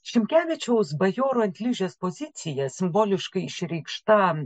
šimkevičiaus bajoro ant ližės pozicija simboliškai išreikšta